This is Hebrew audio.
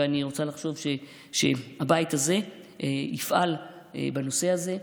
ואני רוצה לחשוב שהבית הזה יפעל בנושא הזה,